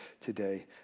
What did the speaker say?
today